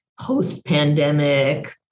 post-pandemic